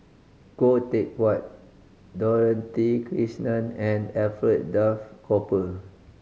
Khoo Teck Puat Dorothy Krishnan and Alfred Duff Cooper